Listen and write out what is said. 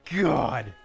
God